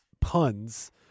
puns